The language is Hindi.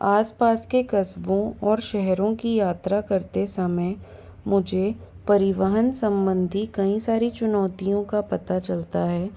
आस पास के कस्बों और शहरों की यात्रा करते समय मुझे परिवहन संबंधी कई सारी चुनौतियों का पता चलता है